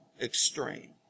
extreme